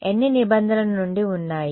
ఎన్ని నిబంధనల నుండి ఉన్నాయి